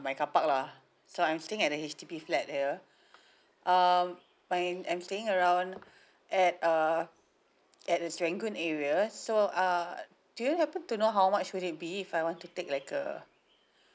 my carpark lah so I'm staying at that H_D_B flat here um my I'm staying around at um at a serangoon area so err do you happen to know how much would it be if I want to take like a